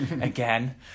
again